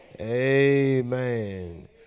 Amen